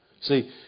See